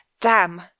Damn